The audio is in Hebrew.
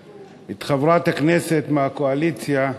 את חברת הכנסת מהקואליציה,